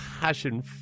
Passion